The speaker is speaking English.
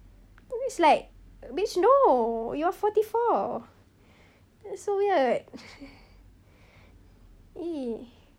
I mean it's like bitch no you're forty four that's so weird !ee!